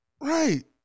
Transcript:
Right